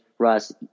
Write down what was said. Russ